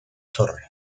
torres